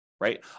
right